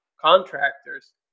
contractors